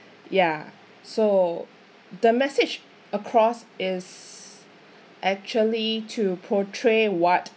ya so the message across is actually to portray what